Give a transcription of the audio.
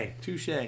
touche